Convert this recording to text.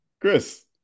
Chris